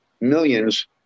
millions